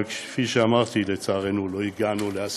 אבל כפי שאמרתי, לצערנו לא הגענו להסכמה,